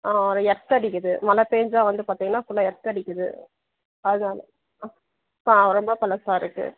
earth அடிக்குது மழை பெஞ்சா வந்து பார்த்திங்கன்னா புல்லாக எர்த் அடிக்கிறது அதனால ஆ ரொம்ப பழசாக இருக்குது